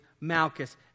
Malchus